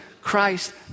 Christ